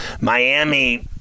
Miami